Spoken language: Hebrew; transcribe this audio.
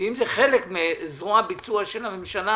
ואם זה חלק מזרוע ביצוע של הממשלה